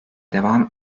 devam